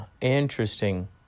Interesting